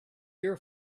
your